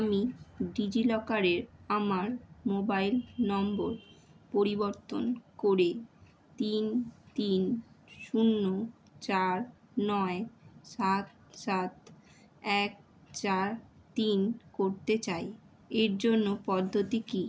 আমি ডিজিলকারে আমার মোবাইল নম্বর পরিবর্তন করে তিন তিন শূন্য চার নয় সাত সাত এক চার তিন করতে চাই এর জন্য পদ্ধতি কী